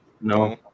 no